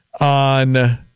on